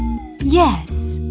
yes.